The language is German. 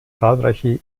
zahlreiche